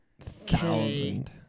thousand